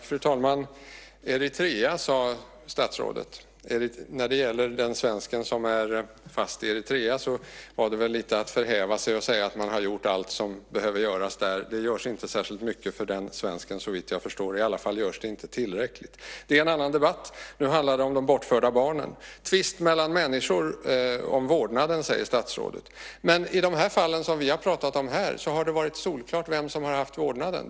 Fru talman! Statsrådet talade om Eritrea. När det gäller den svensk som är fast i Eritrea var det väl lite att förhäva sig att man har gjort allt som behöver göras där. Det görs inte särskilt mycket för den svensken såvitt jag förstår. I alla fall görs det inte tillräckligt. Det är en annan debatt. Nu handlar det om de bortförda barnen - tvist mellan människor om vårdnaden, säger statsrådet. Men i de fall som vi har talat om här har det varit solklart vem som har haft vårdnaden.